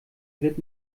wird